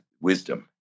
wisdom